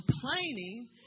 complaining